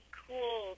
cool